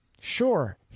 Sure